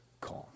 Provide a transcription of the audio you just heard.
calm